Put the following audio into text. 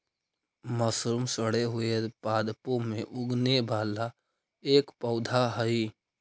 mushroom सड़े हुए पादपों में उगने वाला एक पौधा हई